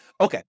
Okay